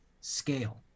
scale